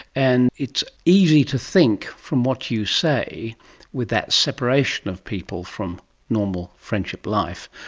and it's easy to think from what you say with that separation of people from normal friendship life,